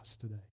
today